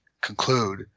conclude